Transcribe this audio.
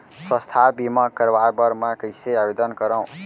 स्वास्थ्य बीमा करवाय बर मैं कइसे आवेदन करव?